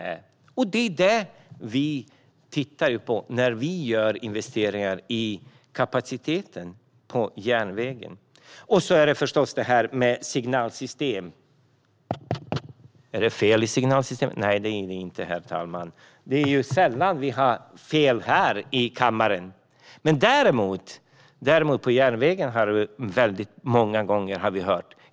Vi tittar på dessa frågor när vi gör investeringar i kapaciteten på järnväg. Sedan har vi förstås signalsystemen. Är det fel i signalsystemet i den här mikrofonen? Nej, det är det inte, herr talman. Det är sällan fel här i kammaren. Däremot är det många gånger fel på järnvägen.